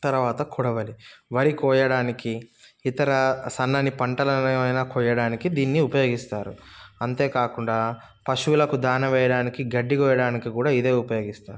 తర్వాత కొడవలి వరి కోయడానికి ఇతర సన్నని పంటలను ఏమైనా కోయడానికి దీన్ని ఉపయోగిస్తారు అంతే కాకుండా పశువులకు దాణా వేయడానికి గడ్డి కోయడానికి కూడా ఇదే ఉపయోగిస్తారు